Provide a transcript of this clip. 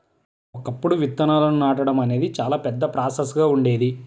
ఒకప్పుడు విత్తనాలను నాటడం అనేది చాలా పెద్ద ప్రాసెస్ గా ఉండేది